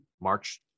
march